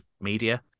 media